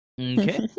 Okay